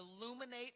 illuminate